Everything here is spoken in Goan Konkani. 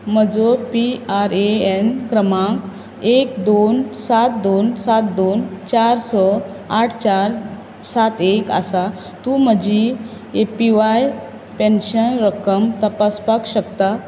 म्हजो पी आर ए एन क्रमांक एक दोन सात दोन सात दोन चार स आठ चार सात एक आसा तूं म्हजी ए पी व्हाय पेन्शन रक्कम तपासपाक शकता